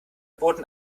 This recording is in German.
boten